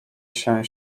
się